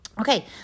okay